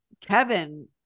Kevin